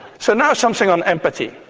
so now something on empathy.